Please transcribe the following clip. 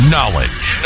Knowledge